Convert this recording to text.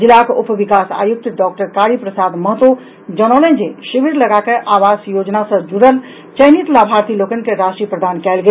जिलाक उप विकास आयुक्त डॉक्टर कारी प्रसाद महतो जनौलनि जे शिविर लगाकऽ आवास योजनाक सॅ जुड़ल चयनित लाभार्थी लोकनि के राशि प्रदान कयल गेल